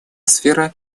сфера